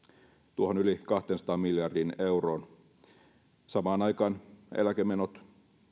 tuohon yli kahteensataan miljardiin euroon samaan aikaan eläkemenot